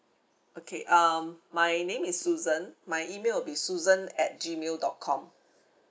okay um my name is susan my email will be susan at G mail dot com